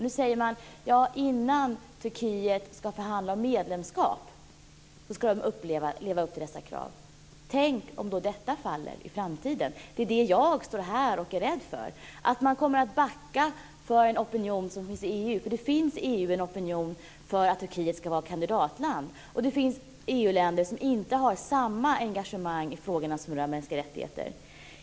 Nu säger man: Innan Turkiet ska förhandla om medlemskap ska de leva upp till dessa krav. Men tänk om detta i framtiden faller! Det är det som jag är rädd för. Jag är rädd för att man kommer att backa för en opinion som finns i EU. I EU finns ju en opinion för att Turkiet ska vara kandidatland och det finns EU-länder som inte har samma engagemang i de frågor som rör mänskliga rättigheter.